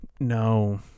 no